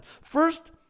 First